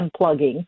unplugging